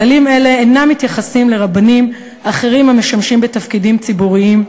כללים אלה אינם מתייחסים לרבנים אחרים המשמשים בתפקידים ציבוריים,